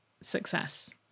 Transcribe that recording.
success